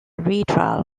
retrial